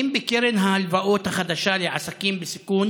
1. האם בקרן ההלוואות החדשה לעסקים בסיכון